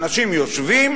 אנשים יושבים,